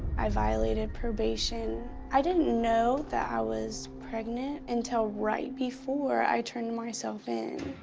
i violated probation. i didn't know that i was pregnant until right before i turned myself in.